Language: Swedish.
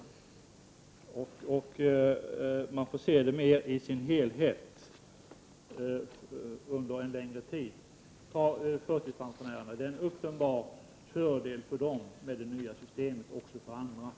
Man måste som sagt se mera till helheten och tänka på utvecklingen under en längre tid. För förtidspensionärer liksom för andra innebär det nya systemet en uppenbar fördel.